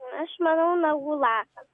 aš manau nagų laką